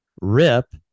Rip